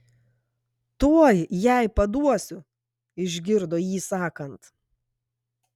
tuoj jai paduosiu išgirdo jį sakant